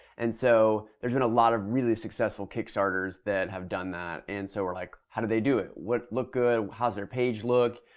and so there's been a lot of really successful kickstarters that have done that and so we're like, how do they do it? what look good? how's their page look?